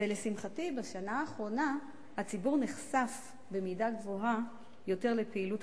ולשמחתי בשנה האחרונה הציבור נחשף במידה רבה יותר לפעילות